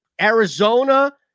Arizona